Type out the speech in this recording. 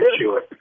sure